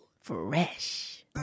Fresh